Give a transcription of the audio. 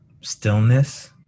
stillness